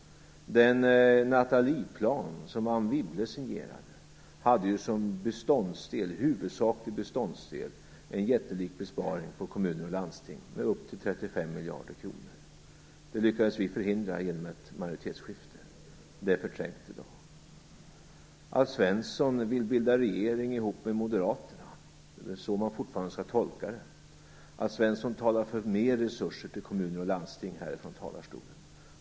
Den Nathalieplan som Anne Wibble signerade hade ju som huvudsaklig beståndsdel en jättelik besparing på kommuner och landsting med upp till 35 miljarder kronor. Denna lyckades vi förhindra genom ett majoritetsskifte. Det är förträngt i dag. Alf Svensson vill bilda regering ihop med Moderaterna. Det är väl så man fortfarande skall tolka det. Alf Svensson talar här ifrån talarstolen för mer resurser till kommuner och landsting.